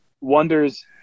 wonders